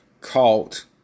cult